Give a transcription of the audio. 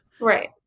Right